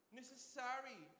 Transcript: necessary